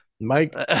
Mike